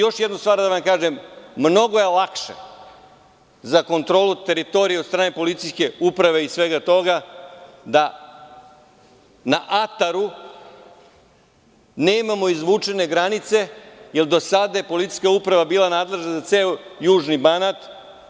Još jednu stvar da vam kažem, mnogo je lakše za kontrolu teritorije od strane policijske uprave i svega toga da na ataru nemamo izvučene granice, jer do sada je policijska uprava bila nadležna za ceo južni Banat.